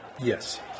Yes